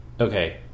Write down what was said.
Okay